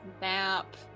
map